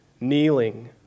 kneeling